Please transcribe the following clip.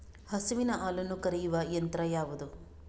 ಹಸುವಿನ ಹಾಲನ್ನು ಕರೆಯುವ ಯಂತ್ರ ಯಾವುದು?